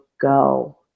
go